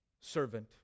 servant